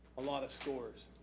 a lotta scores.